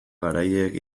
garaileek